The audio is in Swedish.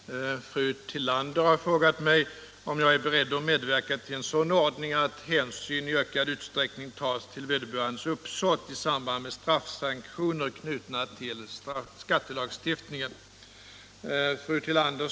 Herr talman! Fru Tillander har frågat mig om jag är beredd medverka till en sådan ordning att hänsyn i ökad utsträckning tas till vederbörandes uppsåt i samband med straffsanktioner knutna till skattelagstiftningen.